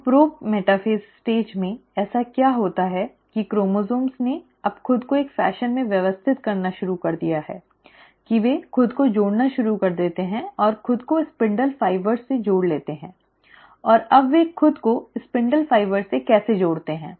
तो prometaphase चरण में ऐसा क्या होता है कि क्रोमोसोम्स ने अब खुद को एक फैशन में व्यवस्थित करना शुरू कर दिया है कि वे खुद को जोड़ना शुरू कर देते हैं और खुद को स्पिंडल फाइबर से जोड़ लेते हैं और अब वे खुद को स्पिंडल फाइबर से कैसे जोड़ते हैं